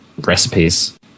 recipes